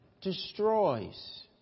destroys